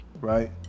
Right